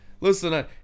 Listen